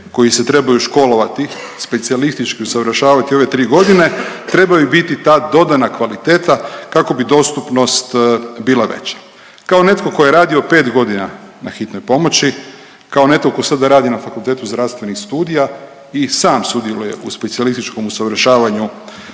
koji se trebaju školovati specijalistički usavršavati ove tri godine, trebaju biti ta dodana kvaliteta kako bi dostupnost bila veća. Kao netko tko je radio 5 godina na hitnoj pomoći, kao netko tko sada radi na Fakultetu zdravstvenih studija i sam sudjeluje u specijalističkom usavršavanju